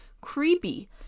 creepy